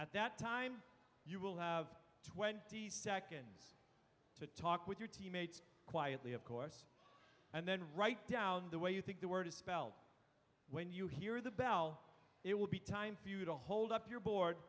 at that time you will have twenty seconds to talk with your team mates quietly of course and then write down the way you think the word is spelled out when you hear the bell it will be time for you to hold up your bo